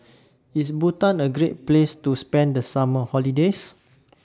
IS Bhutan A Great Place to spend The Summer holidays